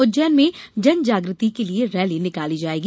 उज्जैन में जन जागृति के लिये रैली निकाली जायेगी